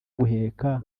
guheka